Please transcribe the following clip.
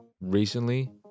recently